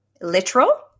literal